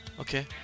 Okay